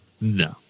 No